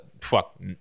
Fuck